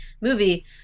movie